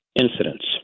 incidents